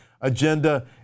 agenda